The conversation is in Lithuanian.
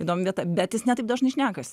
įdomi vieta bet jis ne taip dažnai šnekasi